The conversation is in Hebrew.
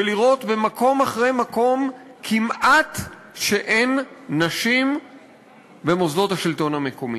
ולראות במקום אחרי מקום שכמעט אין נשים במוסדות השלטון המקומי.